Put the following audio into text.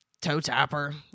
toe-tapper